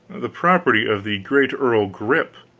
the property of the great earl grip,